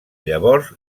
llavors